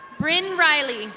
brinn raleigh